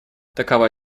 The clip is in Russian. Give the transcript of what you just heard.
такова